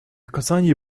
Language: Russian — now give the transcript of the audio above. оказании